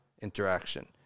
interaction